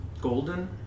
golden